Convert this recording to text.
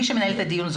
מי שמנהל את הדיון,